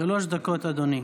שלוש דקות, אדוני.